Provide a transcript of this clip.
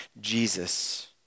Jesus